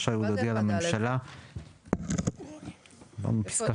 רשאי הוא להודיע לממשלה וליושב ראש הכנסת